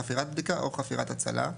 חפירת בדיקה או חפירת הצלה,